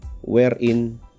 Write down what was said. wherein